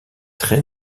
très